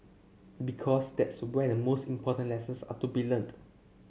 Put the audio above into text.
because that's where the most important lessons are to be learnt